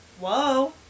whoa